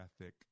ethic